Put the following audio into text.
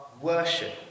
worship